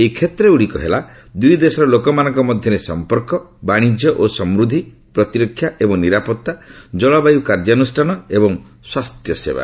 ଏହି କ୍ଷେତ୍ର ଗୁଡ଼ିକ ହେଲା ଦୁଇ ଦେଶର ଲୋକମାନଙ୍କ ମଧ୍ୟରେ ସମ୍ପର୍କ ବାଣିଜ୍ୟ ଓ ସମୂଦ୍ଧି ପ୍ରତିରକ୍ଷା ଏବଂ ନିରାପତ୍ତା ଜଳବାୟୁ କାର୍ଯ୍ୟାନୁଷ୍ଠାନ ଏବଂ ସ୍ୱାସ୍ଥ୍ୟସେବା